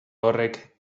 horrek